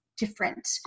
different